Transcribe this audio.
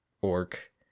orc